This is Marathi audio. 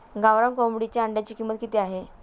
गावरान कोंबडीच्या अंड्याची किंमत किती आहे?